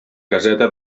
caseta